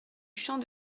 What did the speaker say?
champ